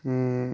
के